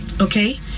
Okay